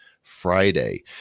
Friday